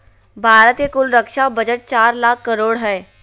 भारत के कुल रक्षा बजट चार लाख करोड़ हय